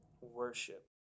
worship